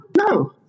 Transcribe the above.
no